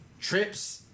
trips